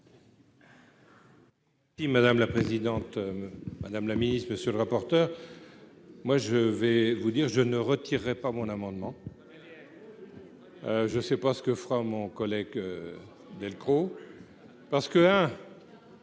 Delcros. Madame la présidente, madame la ministre, monsieur le rapporteur, moi je vais vous dire je ne retirerai pas mon amendement, je sais pas ce que fera mon collègue Delcros parce que,